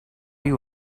you